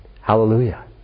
Hallelujah